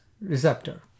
receptor